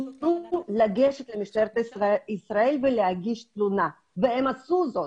לגשת למשטרת ישראל ולהגיש תלונה הם עשו זאת.